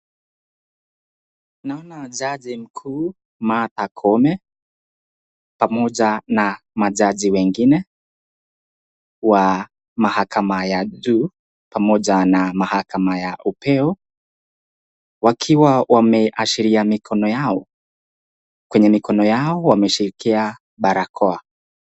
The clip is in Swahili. Naona jaji mkuu Martha Koome pamoja na majaji wengine wa mahakama ya juu pamoja na mahakama ya upeo wakiwa wameashiria mikono yao, kwenye mikono yao wameshikia barakoa.